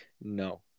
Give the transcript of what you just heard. no